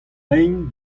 lein